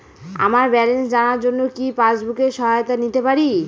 আমার ব্যালেন্স জানার জন্য কি পাসবুকের সহায়তা নিতে পারি?